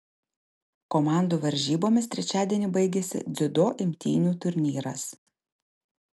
komandų varžybomis trečiadienį baigiasi dziudo imtynių turnyras